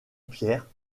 pierre